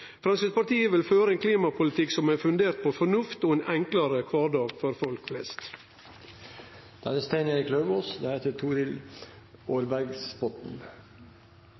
Framstegspartiet vil føre ein klimapolitikk som er fundert på fornuft og ein enklare kvardag for folk flest. I trontalen står det: